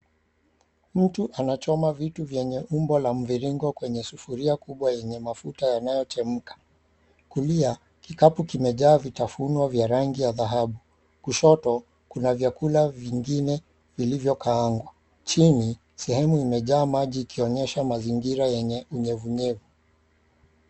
Mtu anachoma vitu vyenye umbo la mviringo kwenye sufuria kubwa yenye mafuta yanayochemuka. Kulia kikapu kimejaa vitafunwa vya rangi ya dhahabu, kushoto kuna vyakula vingine vilivyokaangwa. Chini sehemu imejaa maji ikionyesha mazingira yenye unyevunyevu.